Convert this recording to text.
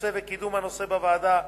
בנושא וקידום הנושא בוועדה,